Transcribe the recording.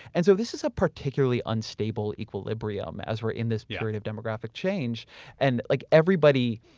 and so this is a particularly unstable equilibrium as we're in this period of demographic change and like everybody.